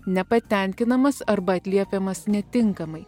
nepatenkinamas arba atliepiamas netinkamai